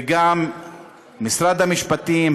וגם משרד המשפטים,